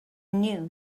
knew